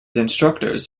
instructors